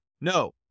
No